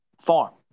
Farm